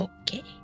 Okay